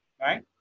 right